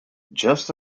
just